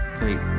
great